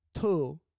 two